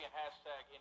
hashtag